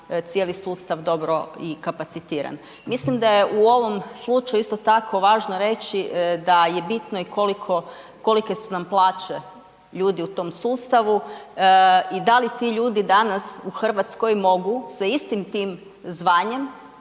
cijeli sustav dobro i kapacitiran. Mislim da je u ovom slučaju isto tako važno reći da je bitno i kolike su nam plaće ljudi u tom sustavu i da li ti ljudi danas u Hrvatskoj mogu sa istim tim zvanjem